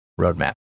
Roadmap